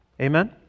Amen